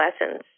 lessons